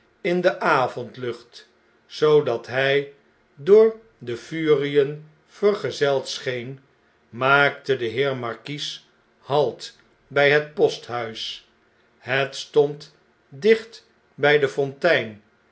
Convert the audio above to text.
in de avondlucht zoodat hij door de furien vergezeld scheen maakte deheer markies halt by het posthuis het stond dicht bg de fontein